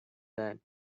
that